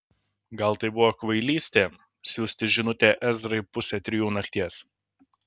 gal tai buvo kvailystė siųsti žinutę ezrai pusę trijų nakties